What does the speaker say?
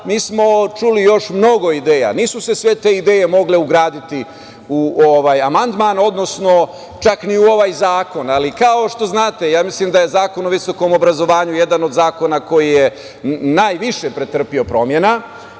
mi smo čuli još mnogo ideja. Nisu se sve te ideje mogle ugraditi u ovaj amandman, odnosno čak ni u ovaj zakon. Ali, kao što znate, mislim da je Zakon o visokom obrazovanju jedan od zakona koji je najviše pretrpeo promena